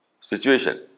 situation